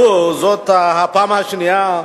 בכנסת הזו זאת הפעם השנייה,